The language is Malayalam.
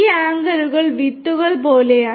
ഈ ആങ്കറുകൾ വിത്തുകൾ പോലെയാണ്